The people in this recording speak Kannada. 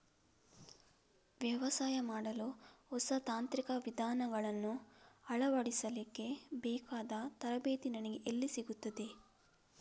ವ್ಯವಸಾಯ ಮಾಡಲು ಹೊಸ ತಾಂತ್ರಿಕ ವಿಧಾನಗಳನ್ನು ಅಳವಡಿಸಲಿಕ್ಕೆ ಬೇಕಾದ ತರಬೇತಿ ನನಗೆ ಎಲ್ಲಿ ಸಿಗುತ್ತದೆ?